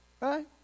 Right